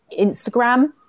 Instagram